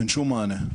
אין שום מענה.